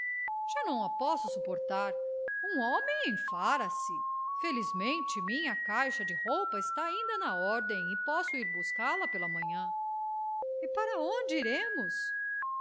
já não a posso suportar um homem enfara se felizmente minha caixa de roupa está ainda na ordem e posso ir buscá-la pela manhã e para onde iremos